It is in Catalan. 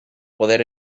poder